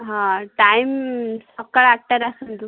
ହଁ ଟାଇମ୍ ସକାଳ ଆଠଟାରେ ଆସନ୍ତୁ